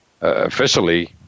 officially